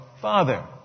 Father